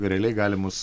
realiai galimus